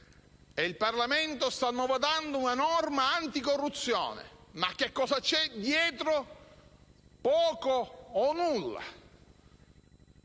ed il Parlamento stanno votando una norma anticorruzione. Ma che cosa c'è dietro? Poco o nulla.